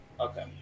Okay